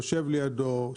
יושב לידו.